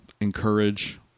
encourage